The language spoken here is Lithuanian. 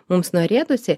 mums norėtųsi